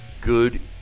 good